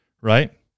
Right